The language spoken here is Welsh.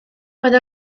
roedd